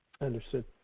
Understood